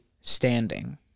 standing